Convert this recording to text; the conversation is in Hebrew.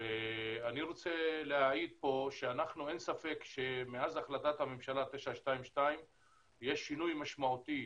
ואני רוצה להעיד פה שאין ספק שמאז החלטת הממשלה 922 יש שינוי משמעותי